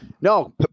No